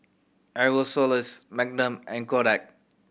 Aerosoles Magnum and Kodak